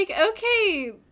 okay